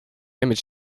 image